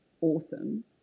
awesome